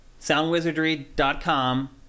soundwizardry.com